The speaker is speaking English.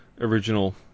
original